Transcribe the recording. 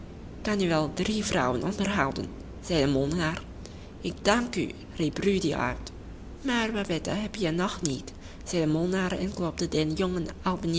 kan je wel drie vrouwen onderhouden zei de molenaar ik dank u riep rudy uit maar babette heb je nog niet zei de molenaar en klopte